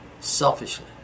selfishly